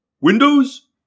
Windows